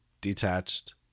detached